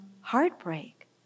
heartbreak